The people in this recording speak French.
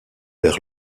vers